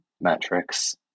metrics